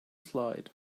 slide